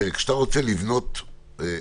תראה, כשאתה רוצה לבנות שוק,